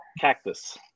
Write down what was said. cactus